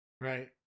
Right